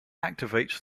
activates